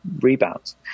rebounds